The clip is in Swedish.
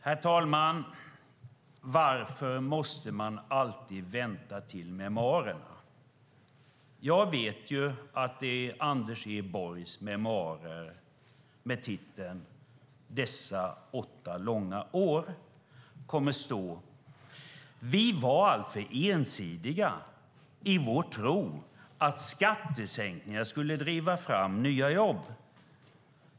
Herr talman! Varför måste man alltid vänta till memoarerna? Jag vet att det i Anders E Borgs memoarer med titeln Dessa åtta långa år kommer att stå: Vi var alltför ensidiga i vår tro att skattesänkningar skulle driva fram nya jobb.